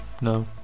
no